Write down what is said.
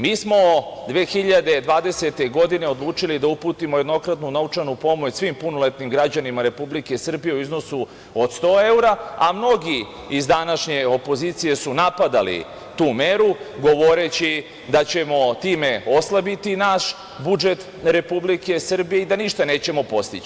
Mi smo 2020. godine odlučili da uputimo jednokratnu novčanu pomoć svim punoletnim građanima Republike Srbije u iznosu od 100 evra, a mnogi iz današnje opozicije su napadali tu meru govoreći da ćemo time oslabiti naš budžet Republike Srbije i da ništa nećemo postići.